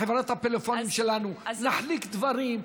גם עם חברת הפלאפונים שלנו: נחליק דברים,